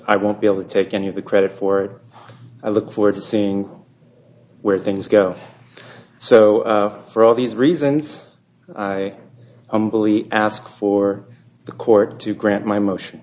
i won't be able to take any of the credit for it i look forward to seeing where things go so for all these reasons ask for the court to grant my motion